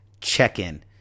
check-in